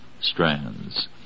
strands